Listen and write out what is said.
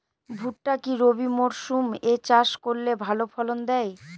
ভুট্টা কি রবি মরসুম এ চাষ করলে ভালো ফলন দেয়?